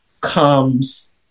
comes